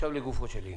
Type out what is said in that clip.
לגופו של עניין,